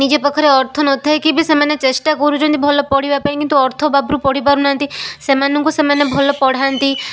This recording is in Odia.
ନିଜ ପାଖରେ ଅର୍ଥ ନଥାଇକି ବି ସେମାନେ ଚେଷ୍ଟା କରୁଛନ୍ତି ଭଲ ପଢ଼ିବା ପାଇଁ କିନ୍ତୁ ଅର୍ଥ ଅଭାବରୁ ପଢ଼ିପାରୁନାହାନ୍ତି ସେମାନଙ୍କୁ ସେମାନେ ଭଲ ପଢ଼ାନ୍ତି